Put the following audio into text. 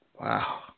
Wow